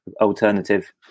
alternative